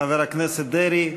חבר הכנסת דרעי,